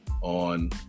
on